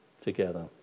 together